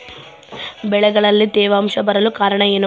ಬೆಳೆಗಳಲ್ಲಿ ತೇವಾಂಶ ಬರಲು ಕಾರಣ ಏನು?